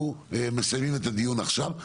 מסיימים את הדיון עכשיו.